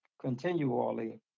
continually